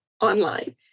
online